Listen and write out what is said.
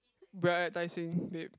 we are at Tai-Seng babe